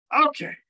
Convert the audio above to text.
okay